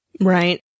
Right